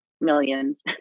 millions